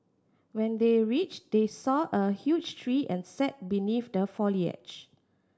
when they reached they saw a huge tree and sat beneath the foliage